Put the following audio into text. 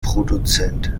produzent